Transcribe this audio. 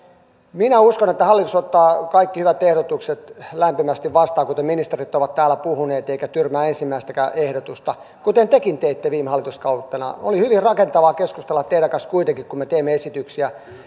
minä uskon että hallitus ottaa kaikki hyvät ehdotukset lämpimästi vastaan kuten ministerit ovat täällä puhuneet eikä tyrmää ensimmäistäkään ehdotusta kuten tekin teitte viime hallituskautena oli hyvin rakentavaa keskustelua teidän kanssanne kuitenkin kun me teimme esityksiä